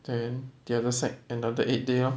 then the other side another eight day lor